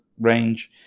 range